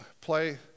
play